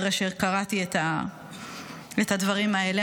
אחרי שקראתי את הדברים האלה.